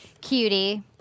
Cutie